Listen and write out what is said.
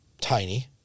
tiny